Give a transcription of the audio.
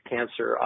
Cancer